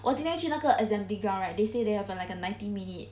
我今天去那个 assembly ground right they say they have a like a ninety minute